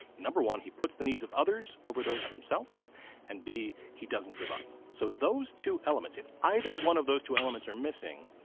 number one, he puts the needs of others over those of himself and b, he doesn't give up. so, those two elements, if either one of those two elements are missing,